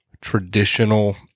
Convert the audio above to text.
traditional